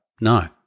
No